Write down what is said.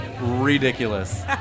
ridiculous